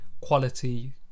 quality